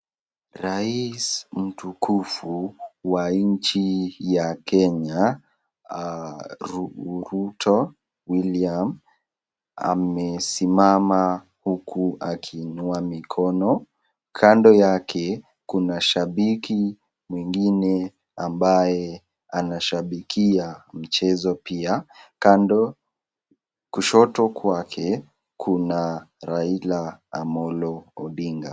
Rais mtukufu wa nchi ya Kenya Ruto William, amesimama huku akiinua mikono. Kando yake, kuna shabiki mwingine ambaye anashabikia mchezo pia. Kando, kushoto kwake, kuna Raila Amollo Odinga.